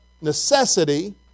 necessity